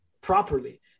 properly